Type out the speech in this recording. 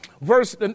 verse